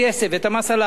ואת המס על העשירים,